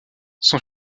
son